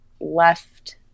left